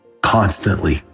constantly